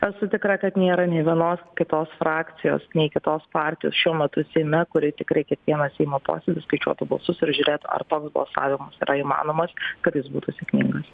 esu tikra kad nėra nė vienos kitos frakcijos nei kitos partijos šiuo metu seime kuri tikrai kiekvieną seimo posėdį skaičiuotų balsus ir žiūrėtų ar toks balsavimas yra įmanomas kad jis būtų sėkmingas